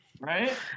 Right